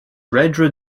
rendering